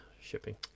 shipping